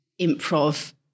improv